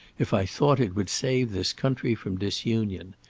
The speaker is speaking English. if i thought it would save this country from disunion.